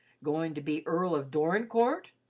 goin' to be earl of dorincourt?